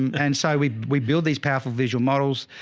and so we, we build these powerful visual models.